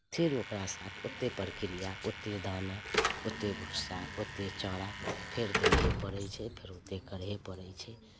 फेर ओकरा साथ ओतेक प्रक्रिया ओतेक दाना ओतेक भुस्सा ओतेक चारा फेर देबैहे पड़ैत छै फेर ओतेक करहे पड़ैत छै